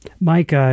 Mike